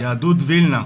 יהדות ולינה.